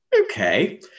okay